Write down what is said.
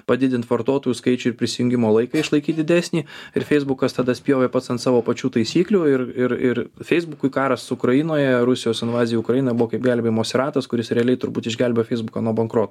padidint vartotojų skaičių ir prisijungimo laiką išlaikyt didesnį ir feisbukas tada spjovė pats ant savo pačių taisyklių ir ir ir feisbukui karas ukrainoje rusijos invazija į ukrainą buvo kaip gelbėjimosi ratas kuris realiai turbūt išgelbėjo feisbuką nuo bankroto